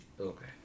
Okay